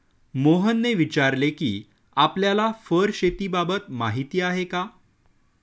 मोहनने विचारले कि आपल्याला फर शेतीबाबत माहीती आहे का?